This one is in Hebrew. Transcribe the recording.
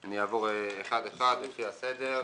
אני אעבור אחד אחד לפי הסדר.